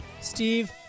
Steve